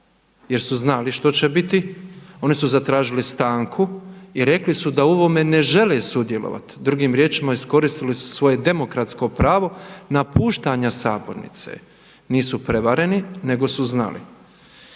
jer su znali što će biti, oni su zatražili stanku i rekli su da o ovome ne žele sudjelovati. Drugim riječima iskoristili su svoje demokratsko pravo napuštanja sabornice, nisu prevareni nego su znali.